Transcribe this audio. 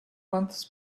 months